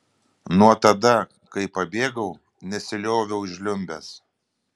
nuo tada kai pabėgau nesilioviau žliumbęs